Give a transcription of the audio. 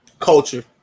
Culture